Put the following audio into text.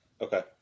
Okay